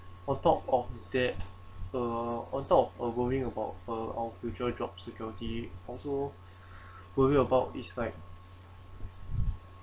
on top of that uh on top of worrying about uh our future job security also worry about is like